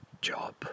job